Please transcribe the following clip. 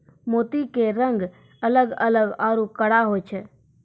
मोती के रंग अलग अलग आरो कड़ा होय छै